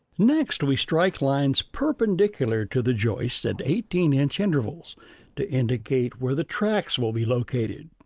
next, we strike lines perpendicular to the joists at eighteen inch intervals to indicate where the tracks will be located.